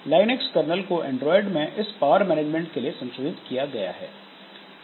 Linux kernel को Android में इस पावर मैनेजमेंट के लिए संशोधित किया गया है